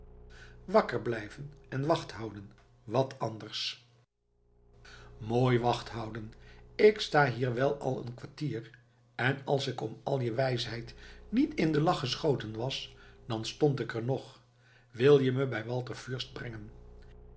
wakker blijven en wachthouden wat anders mooi wachthouden ik sta hier wel al een kwartier en als ik om al je wijsheid niet in den lach geschoten was dan stond ik er nog wil je me bij walter fürst brengen